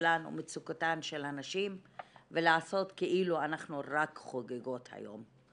סבלן ומצוקתן של הנשים ולעשות כאילו אנחנו רק חוגגות היום.